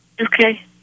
Okay